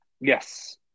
Yes